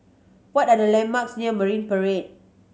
what are the landmarks near Marine Parade